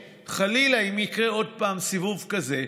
חלילה אם יקרה עוד פעם סיבוב כזה,